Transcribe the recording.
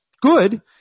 good